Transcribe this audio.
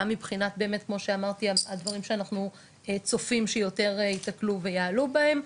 גם מבחינת באמת כמו שאמרתי הדברים שאנחנו צופים שיותר יתקלו ויעלו בהם,